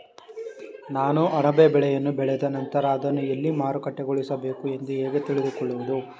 ನಾನು ಅಣಬೆ ಬೆಳೆಯನ್ನು ಬೆಳೆದ ನಂತರ ಅದನ್ನು ಎಲ್ಲಿ ಮಾರುಕಟ್ಟೆಗೊಳಿಸಬೇಕು ಎಂದು ಹೇಗೆ ತಿಳಿದುಕೊಳ್ಳುವುದು?